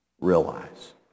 realize